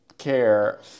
care